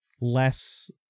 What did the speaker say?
less